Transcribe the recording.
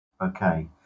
Okay